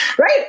right